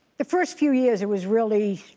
the first few years it was really,